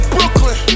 Brooklyn